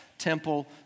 Temple